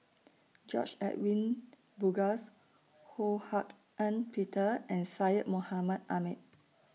George Edwin Bogaars Ho Hak Ean Peter and Syed Mohamed Ahmed